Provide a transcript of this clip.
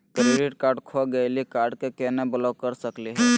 Credit card खो गैली, card क केना ब्लॉक कर सकली हे?